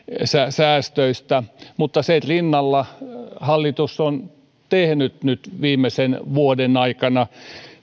säästöistä mutta sen rinnalla hallitus on tehnyt nyt viimeisen vuoden aikana